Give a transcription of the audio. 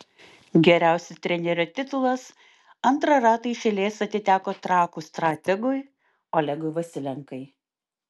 geriausio trenerio titulas antrą ratą iš eilės atiteko trakų strategui olegui vasilenkai